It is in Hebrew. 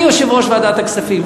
אני יושב-ראש ועדת הכספים,